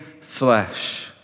flesh